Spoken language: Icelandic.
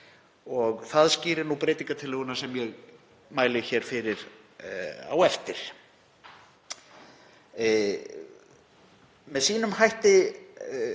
og það skýrir breytingartillögunnar sem ég mæli hér fyrir á eftir. Með sínum hætti